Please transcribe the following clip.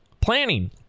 planning